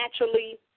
naturally